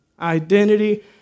identity